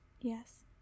Yes